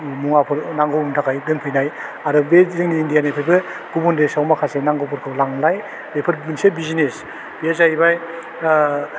मुवाफोर नांगौनि थाखाय दोनफैनाय आरो बे जोंनि इन्डियानिफ्राइबो गुबुन देसाव माखासे नांगौफोरखौ लांनाय बेफोर मोनसे बिजनेस बे जाहैबाय आह